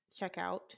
checkout